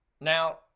Now